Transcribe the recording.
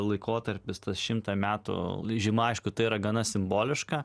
laikotarpis tas šimtą metų žyma aišku tai yra gana simboliška